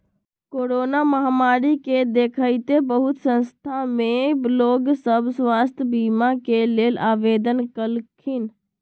corona महामारी के देखइते बहुते संख्या में लोग सभ स्वास्थ्य बीमा के लेल आवेदन कलखिन्ह